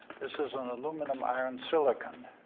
this is an aluminum iron silicon.